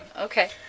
Okay